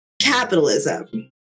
capitalism